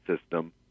system